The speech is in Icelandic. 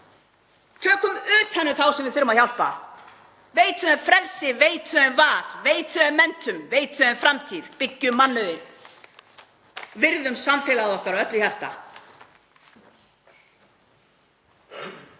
Tökum utan um þá sem við þurfum að hjálpa, veitum þeim frelsi, veitum þeim val, veitum þeim menntun, veitum þeim framtíð, byggjum mannauðinn, virðum samfélagið okkar af öllu hjarta.